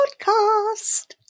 Podcast